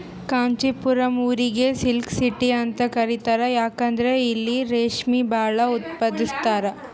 ಕಾಂಚಿಪುರಂ ಊರಿಗ್ silk city ಅಂತ್ ಕರಿತಾರ್ ಯಾಕಂದ್ರ್ ಇಲ್ಲಿ ರೇಶ್ಮಿ ಭಾಳ್ ಉತ್ಪಾದಸ್ತರ್